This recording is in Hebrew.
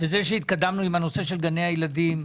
וזה שהתקדמנו עם הנושא של גני הילדים,